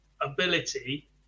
Ability